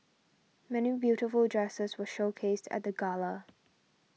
many beautiful dresses were showcased at the gala